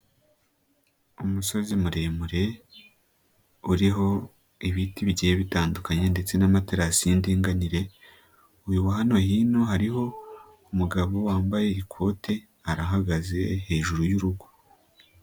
Umusozi muremure uriho ibiti bigiye bitandukanye ndetse n'amaterasi y'indinganire, uyu wa hano hino hariho umugabo wambaye ikote arahagaze hejuru y'urugo.